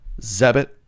Zebit